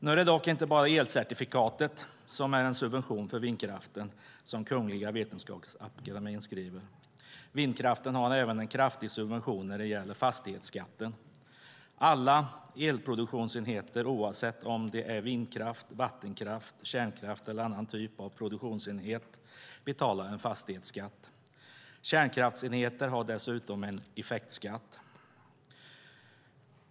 Nu är det dock inte bara elcertifikatet som är en subvention för vindkraften, som Kungliga Vetenskapsakademien skriver. Vindkraften har även en kraftig subvention när det gäller fastighetsskatten. Alla elproduktionsenheter oavsett om det är vindkraft, vattenkraft, kärnkraft eller annan typ av produktionsenhet betalar en fastighetsskatt. Kärnkraftsenheter har dessutom en effektskatt.